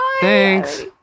Thanks